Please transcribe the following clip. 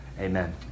Amen